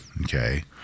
Okay